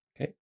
Okay